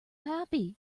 happy